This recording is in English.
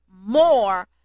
more